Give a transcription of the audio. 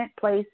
place